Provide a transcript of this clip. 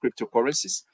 cryptocurrencies